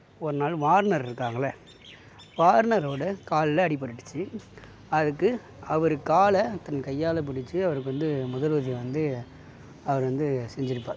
ஒரு நாள் வார்னர் இருக்காங்கள்ல வார்னரோடய காலில் அடிபட்டுடிச்சு அதுக்கு அவர் காலை தன் கையால் பிடித்து அவருக்கு வந்து முதலுதவியை வந்து அவர் வந்து செஞ்சுருப்பார்